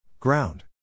Ground